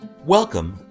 Welcome